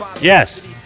Yes